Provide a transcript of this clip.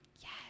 Yes